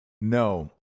No